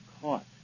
caught